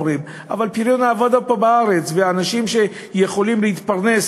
אבל פריון העבודה פה בארץ ואנשים שיכולים להתפרנס